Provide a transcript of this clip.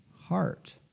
Heart